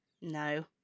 No